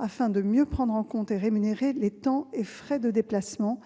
afin de mieux prendre en compte et rémunérer les temps et frais de déplacement